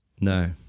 No